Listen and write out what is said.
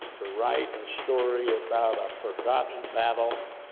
to write a story about a forgotten battle,